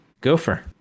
gopher